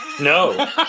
No